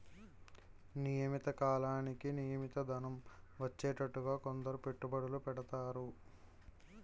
నియమిత కాలానికి నియమిత ధనం వచ్చేటట్టుగా కొందరు పెట్టుబడులు పెడతారు